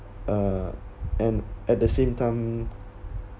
uh and at the same time